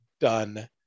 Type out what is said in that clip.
done